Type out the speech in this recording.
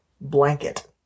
blanket